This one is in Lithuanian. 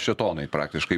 šėtonai praktiškai